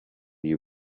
you